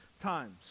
times